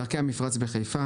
דרכי המפרץ בחיפה